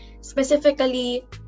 Specifically